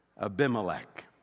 Abimelech